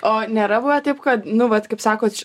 o nėra buvę taip kad nu vat kaip sakot